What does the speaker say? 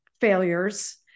failures